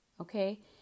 Okay